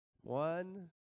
One